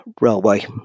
railway